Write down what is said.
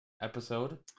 episode